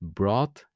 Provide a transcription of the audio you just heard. brought